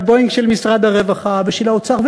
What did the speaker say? וה"בואינג" של משרד הרווחה ושל האוצר.